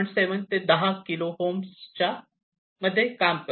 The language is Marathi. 7 ते 10 किलो होम्स च्या मध्ये काम करते